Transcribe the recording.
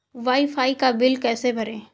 Wi fi का बिल कैसे भरें?